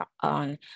on